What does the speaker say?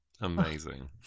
Amazing